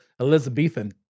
Elizabethan